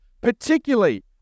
particularly